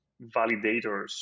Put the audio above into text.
validators